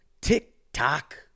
tick-tock